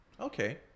okay